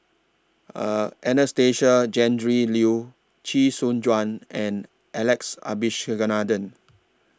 Anastasia Tjendri Liew Chee Soon Juan and Alex Abisheganaden